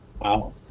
Wow